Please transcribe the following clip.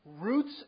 roots